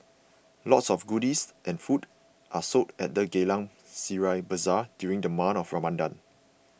lots of goodies and food are sold at the Geylang Serai Bazaar during the month of Ramadan